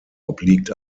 obliegt